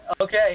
Okay